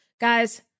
guys